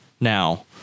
now